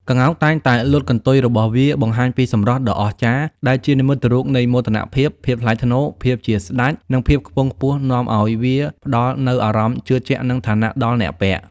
ក្ងោកតែងតែលាតកន្ទុយរបស់វាបង្ហាញពីសម្រស់ដ៏អស្ចារ្យ ដែលជានិមិត្តរូបនៃ មោទនភាព ភាពថ្លៃថ្នូរ ភាពជាស្តេច និង ភាពខ្ពង់ខ្ពស់នាំឲ្យវាអាចផ្តល់នូវអារម្មណ៍ជឿជាក់ និងឋានៈដល់អ្នកពាក់។